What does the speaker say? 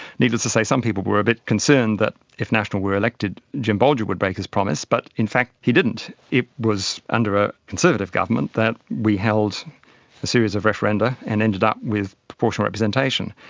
needless to say some people were a bit concerned that if national were elected, jim bolger would break his promise, but in fact he didn't. it was under a conservative government that we held a series of referenda and ended up with proportional representation.